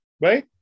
Right